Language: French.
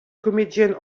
comédienne